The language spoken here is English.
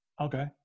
okay